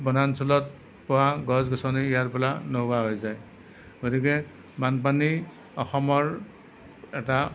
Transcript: বনাঞ্চলৰ পৰা গছ গছনি ইয়াৰ পৰা নোহোৱা হৈ যায় গতিকে বানপানী অসমৰ এটা